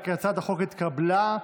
והערכת מסוכנות,